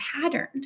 patterned